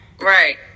Right